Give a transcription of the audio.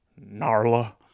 Narla